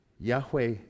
Yahweh